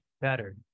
better